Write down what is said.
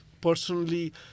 personally